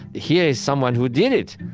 here is someone who did it,